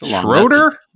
Schroeder